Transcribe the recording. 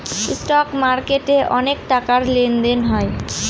stock মার্কেটে অনেক টাকার লেনদেন হয়